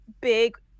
big